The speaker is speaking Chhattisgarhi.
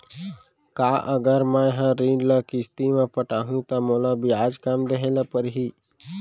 का अगर मैं हा ऋण ल किस्ती म पटाहूँ त मोला ब्याज कम देहे ल परही?